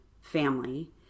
family